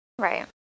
Right